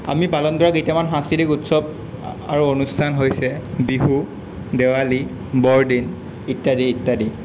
আমি পালন কৰা কেইটামান সাংস্কৃতিক উৎসৱ আৰু অনুষ্ঠান হৈছে বিহু দেৱালী বৰদিন ইত্যাদি ইত্যাদি